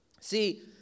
See